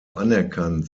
anerkannt